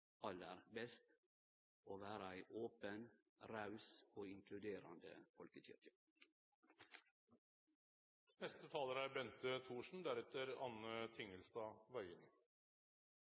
aller best, det å vere ei open, raus og inkluderande